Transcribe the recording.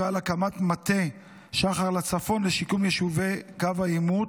ועל הקמת מטה "שחר לצפון" לשיקום יישובי קו העימות,